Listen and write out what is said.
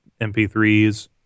MP3s